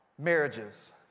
Marriages